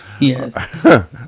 Yes